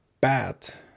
bat